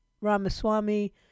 Ramaswamy